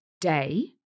Day